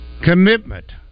Commitment